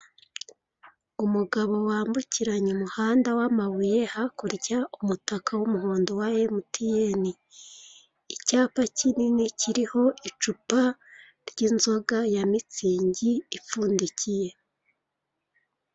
Umugabo wambukiranya umuhanda w'amabuye hakurya umutaka w'umuhondo wa emutiyeni. Icyapa kinini kiriho icupa ry'inzoga ya mitsingi ipfundikiye.